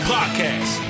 Podcast